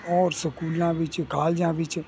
ਔਰ ਸਕੂਲਾਂ ਵਿੱਚ ਕਾਲਜਾਂ ਵਿੱਚ